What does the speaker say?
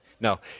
No